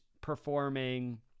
performing